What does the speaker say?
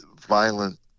violent